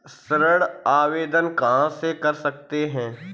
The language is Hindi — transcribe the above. ऋण आवेदन कहां से कर सकते हैं?